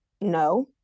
No